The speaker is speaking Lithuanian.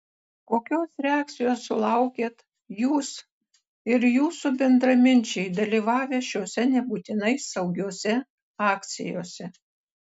kokios reakcijos sulaukėt jūs ir jūsų bendraminčiai dalyvavę šiose nebūtinai saugiose akcijose